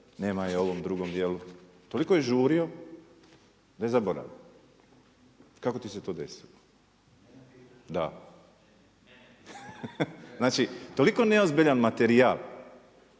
nema je u ovom drugom dijelu. Toliko je žurio da je zaboravio. Kako ti se to desilo? …/Upadica se ne čuje./… Da. Znači toliko neozbiljan materijal,